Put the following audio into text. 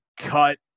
cut